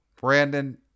Brandon